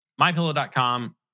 MyPillow.com